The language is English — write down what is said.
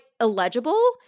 illegible